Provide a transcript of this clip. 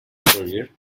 career